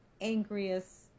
angriest